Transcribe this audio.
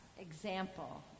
example